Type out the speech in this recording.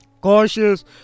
cautious